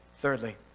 Thirdly